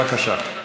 בבקשה.